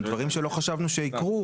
דברים שלא חשבנו שיקרו.